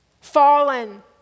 fallen